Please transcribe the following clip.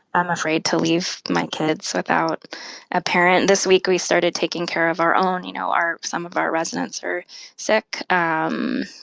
i'm afraid to leave my kids without a parent. this week, we started taking care of our own. you know, our some of our residents are sick, um